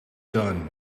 done